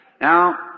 Now